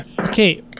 okay